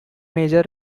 major